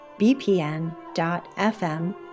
bpn.fm